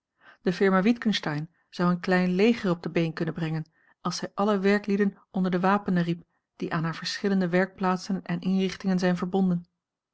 de firma witgensteyn zou een klein leger op de been kunnen brengen als zij alle werklieden onder de wapenen riep die aan hare verschillende werkplaatsen en inrichtingen zijn verbonden